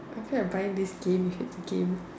I feel like buying this game if it's a game